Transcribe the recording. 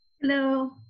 hello